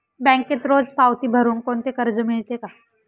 बँकेत रोज पावती भरुन कोणते कर्ज मिळते का?